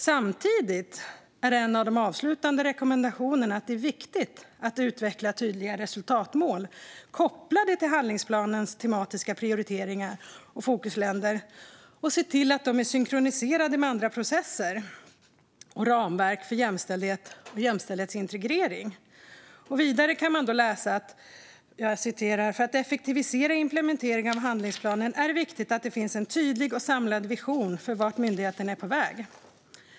Samtidigt är en av de avslutande rekommendationerna att det är viktigt att utveckla tydliga resultatmål kopplade till handlingsplanens tematiska prioriteringar och fokusländer och se till att de är synkroniserade med andra processer och ramverk för jämställdhet och jämställdhetsintegrering. Vidare kan man läsa: "För att effektivisera implementeringen av handlingsplanen är det viktigt att det finns en tydlig och samlad vision för var myndigheten är på väg."